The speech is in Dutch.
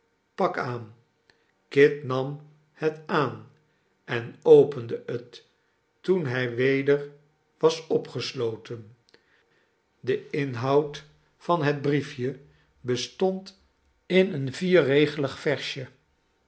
pak aan kit nam het aan en opende het toen hij weder was opgesloten de inhoud van net briefje bestond in een vierregelig versje